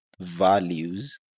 values